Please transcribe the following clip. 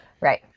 right